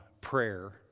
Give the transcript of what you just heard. prayer